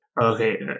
Okay